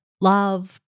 love